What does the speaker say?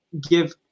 give